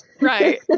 Right